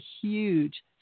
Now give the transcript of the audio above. huge